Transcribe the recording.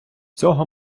цього